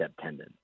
tendon